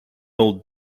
old